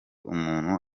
umuntu